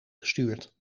gestuurd